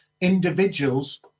individuals